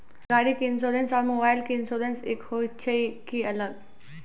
गाड़ी के इंश्योरेंस और मोबाइल के इंश्योरेंस एक होय छै कि अलग?